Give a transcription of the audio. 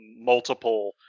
multiple